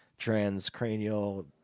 Transcranial